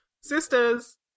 Sisters